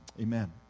Amen